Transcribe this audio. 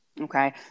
okay